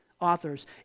authors